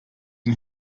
ihn